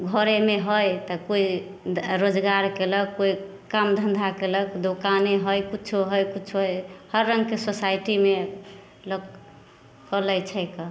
घरेमे हइ तऽ कोइ रोजगार केलक कोइ काम धन्धा केलक दोकाने हइ किछु हइ किछु हर रङ्गके सोसाइटीमे लोक कऽ लै छै के